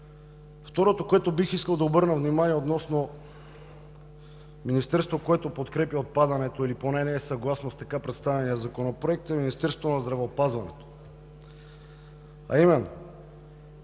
Второто, на което бих искал да обърна внимание, е относно Министерството, което подкрепя отпадането или поне не е съгласно с така представения законопроект – Министерството на здравеопазването, а именно: